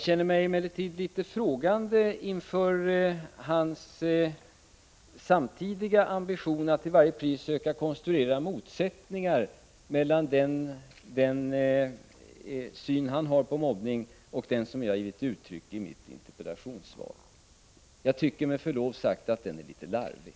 Emellertid ställer jag mig litet frågande inför hans ambition att samtidigt till varje pris söka konstruera motsättningar mellan den syn han har på mobbning och den som jag givit uttryck åt i mitt interpellationssvar. Jag tycker med förlov sagt att den är litet larvig.